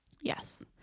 Yes